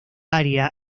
área